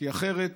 כי אחרת,